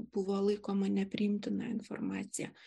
buvo laikoma nepriimtina informacija